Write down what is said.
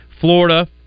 Florida